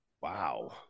Wow